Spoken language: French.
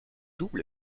double